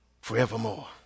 forevermore